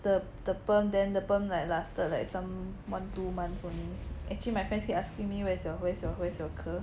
the the perm then the perm like lasted like some one two months only actually my friends keep asking me where's your where's your where's your curl